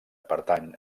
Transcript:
pertany